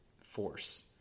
force